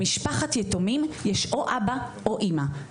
במשפחת יתומים יש או אבא או אימא.